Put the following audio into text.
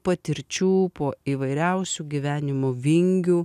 patirčių po įvairiausių gyvenimų vingių